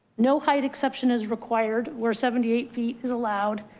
no height. exception is required where seventy eight feet is allowed.